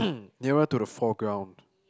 nearer to the foreground